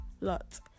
lot